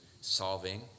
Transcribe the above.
solving